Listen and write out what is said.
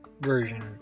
version